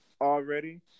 already